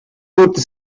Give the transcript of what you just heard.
gute